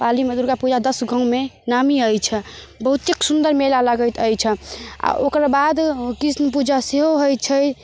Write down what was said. पालीमे दुर्गापूजा दश गाँवमे नामी अछि बहुतेक सुन्दर मेला लागैत अछि आ ओकरबाद कृष्ण पूजा सेहो होइत छै